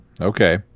Okay